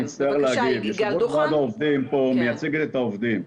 יו"ר ועד העובדים פה מייצגת את העובדים,